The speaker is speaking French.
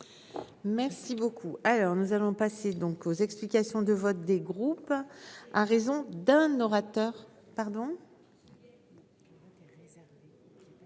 Merci beaucoup. Alors nous allons passer donc aux explications de vote, des groupes. À raison d'un orateur